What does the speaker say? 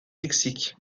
mexique